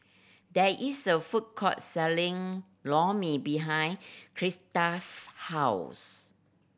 there is a food court selling Lor Mee behind Crista's house